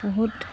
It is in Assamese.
বহুত